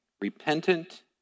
repentant